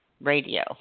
radio